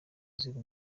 uzira